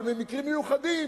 אבל במקרים מיוחדים